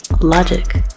Logic